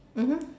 mmhmm